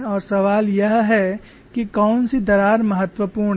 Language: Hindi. और सवाल यह है कि कौन सी दरार महत्वपूर्ण है